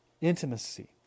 intimacy